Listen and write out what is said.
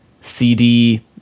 CD